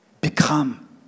become